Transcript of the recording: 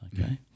Okay